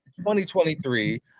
2023